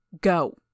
Go